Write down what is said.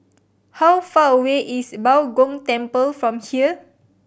how far away is Bao Gong Temple from here